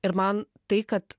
ir man tai kad